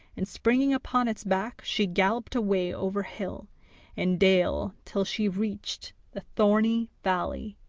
and, springing upon its back, she galloped away over hill and dale till she reached the thorny valley,